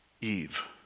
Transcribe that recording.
Eve